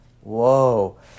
whoa